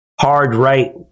hard-right